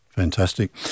Fantastic